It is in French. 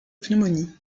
pneumonie